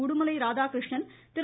Udumalai Radhakrishnan Thiru